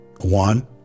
One